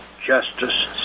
justice